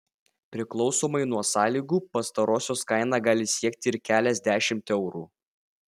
priklausomai nuo sąlygų pastarosios kaina gali siekti ir keliasdešimt eurų